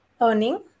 earning